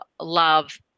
love